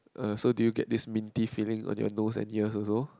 er so do you get this minty feeling on your nose and ears also